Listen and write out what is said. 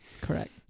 correct